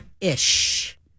Ish